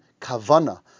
Kavana